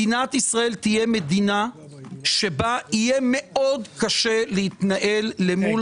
מדינת ישראל יהיה בה קשה מאוד להתנהל מול